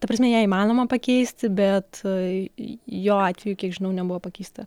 ta prasme ją įmanoma pakeisti bet jo atveju kiek žinau nebuvo pakeista